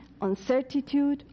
uncertainty